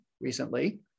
recently